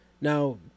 Now